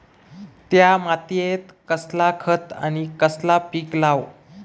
त्या मात्येत कसला खत आणि कसला पीक लाव?